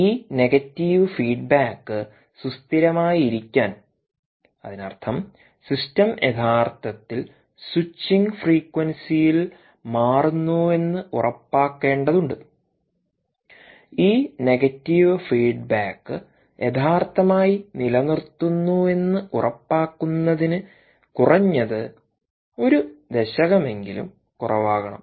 ഈ negative feedback സുസ്ഥിരമായിരിക്കാൻ അതിനർത്ഥം സിസ്റ്റം യഥാർത്ഥത്തിൽ സ്വിച്ചിംഗ് ഫ്രീക്വൻസിയിൽ മാറുന്നുവെന്ന് ഉറപ്പാക്കേണ്ടതുണ്ട് ഈ നെഗറ്റീവ് ഫീഡ്ബാക്ക് യഥാർത്ഥമായി നിലനിർത്തുന്നുവെന്ന് ഉറപ്പാക്കുന്നതിന് കുറഞ്ഞത് ഒരു ദശകമെങ്കിലും കുറവാകണം